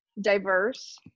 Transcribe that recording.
diverse